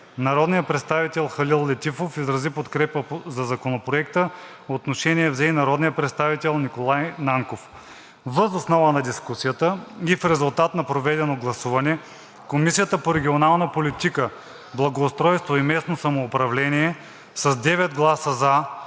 Народният представител Халил Летифов изрази подкрепа за Проектозакона, отношение взе и народният представител Николай Нанков. Въз основа на дискусията и в резултат на проведеното гласуване Комисията по регионална политика, благоустройство и местно самоуправление с 9 гласа –